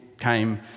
came